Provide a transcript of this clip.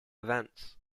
events